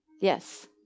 Yes